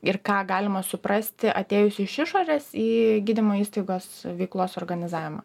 ir ką galima suprasti atėjusi iš išorės į gydymo įstaigos veiklos organizavimą